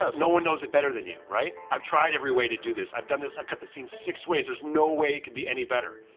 ah no one knows it better than you. right? i've tried every way to do this, i've done this, i've cut the scene six ways, there's no way it could be any better.